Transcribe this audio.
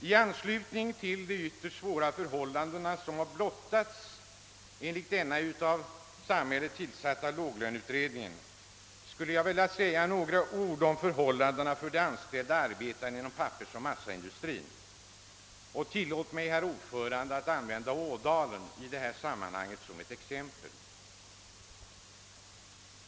I anslutning till de ytterst besvärliga förhållanden som blottats av den av samhället tillsatta låglöneutredningen vill jag också säga några ord om för hållandena för de anställda arbetarna inom pappersoch massaindustrin, och jag tillåter mig då att ta Ådalen som exempel.